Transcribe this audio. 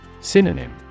Synonym